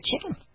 chicken